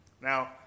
now